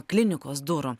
klinikos durų